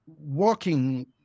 walking